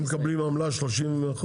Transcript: הם מקבלים עמלה 30%?